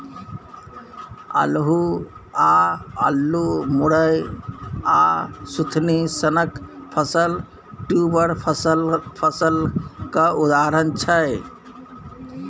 अल्हुआ, अल्लु, मुरय आ सुथनी सनक फसल ट्युबर फसलक उदाहरण छै